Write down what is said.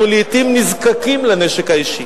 אנחנו לעתים נזקקים לנשק האישי,